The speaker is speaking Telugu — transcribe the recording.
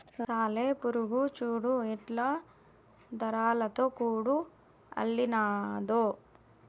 సాలెపురుగు చూడు ఎట్టా దారాలతో గూడు అల్లినాదో